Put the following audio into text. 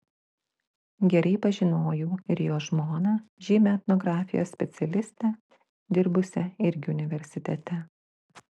gerai pažinojau ir jo žmoną žymią etnografijos specialistę dirbusią irgi universitete